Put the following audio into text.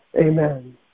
Amen